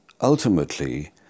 ultimately